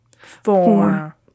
Four